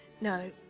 no